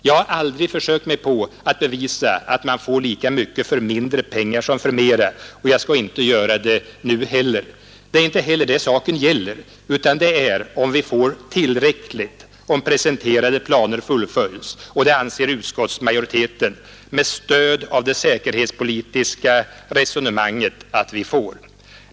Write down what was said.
Jag har aldrig försökt bevisa att man får lika mycket för mindre pengar som för mera, och jag skall inte göra det nu heller. Det är inte heller det saken gäller, utan det är om vi får tillräckligt, om presenterade planer fullföljs, och det anser utskottsmajoriteten, med stöd av det säkerhetspolitiska resonemanget, att vi får.